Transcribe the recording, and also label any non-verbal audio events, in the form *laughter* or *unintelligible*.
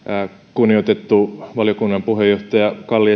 kunnioitettu valiokunnan puheenjohtaja kalli *unintelligible*